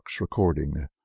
recording